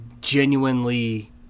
genuinely